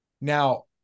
Now